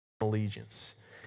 allegiance